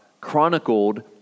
chronicled